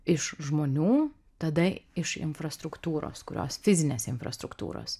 iš žmonių tada iš infrastruktūros kurios fizinės infrastruktūros